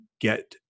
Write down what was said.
get